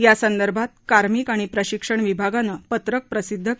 यासंदर्भात कर्मिक आणि प्रशिक्षण विभागानं पत्रक प्रसिद्ध केलं आहे